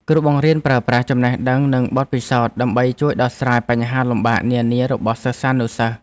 គ្រូបង្រៀនប្រើប្រាស់ចំណេះដឹងនិងបទពិសោធន៍ដើម្បីជួយដោះស្រាយបញ្ហាលំបាកនានារបស់សិស្សានុសិស្ស។